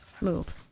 move